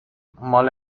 مال